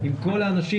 עם כל האנשים,